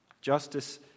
Justice